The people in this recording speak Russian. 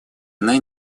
она